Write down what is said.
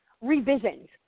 revisions